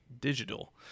digital